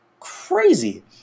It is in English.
Crazy